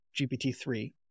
GPT-3